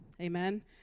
amen